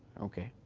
okay.